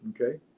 okay